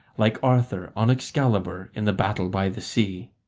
like arthur on excalibur in the battle by the sea.